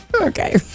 Okay